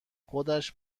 خودش